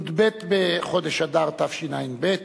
י"ב בחודש אדר התשע"ב,